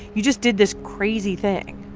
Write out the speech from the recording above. you just did this crazy thing.